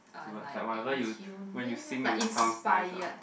towards like whatever you when you sing his songs nice ah